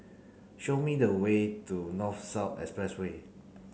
show me the way to North South Expressway